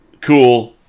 cool